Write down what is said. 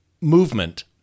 movement